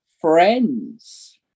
friends